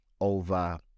over